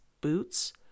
boots